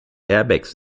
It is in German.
airbags